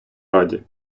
раді